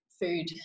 food